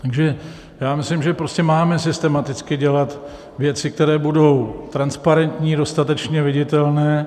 Takže myslím, že prostě máme systematicky dělat věci, které budou transparentní, dostatečně viditelné.